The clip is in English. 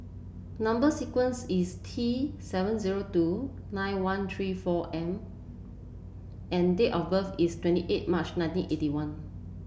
number sequence is T seven zero two nine one three four M and date of birth is twenty eight March nineteen eighty one